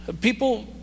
people